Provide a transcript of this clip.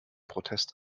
protest